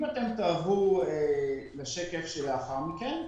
אם תעברו לשקף שלאחר מכן,